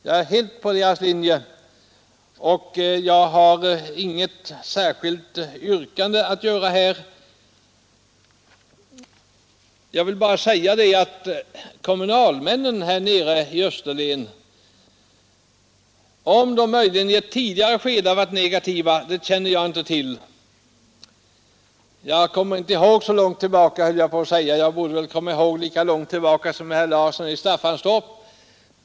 Jag är helt på deras linje, och jag har inget särskilt yrkande. Om kommunalmännen i Österlen möjligen i ett tidigare skede varit negativa känner jag inte till — jag kommer inte ihåg så långt tillbaka, höll jag på att säga, men jag borde väl komma ihåg lika långt tillbaka som herr Larsson i Staffanstorp.